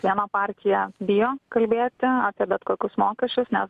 viena partija bijo kalbėti apie bet kokius mokesčius nes